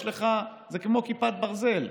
זה כמו כיפת ברזל.